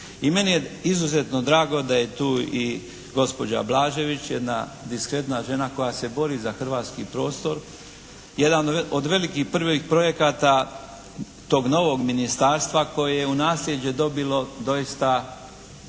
I meni je izuzetno drago da je tu i gospođa Blažević, jedna diskretna žena koja se bori za hrvatski prostor, jedan od velikih prvih projekata tog novog ministarstva koje je u nasljeđe dobilo doista